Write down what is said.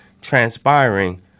transpiring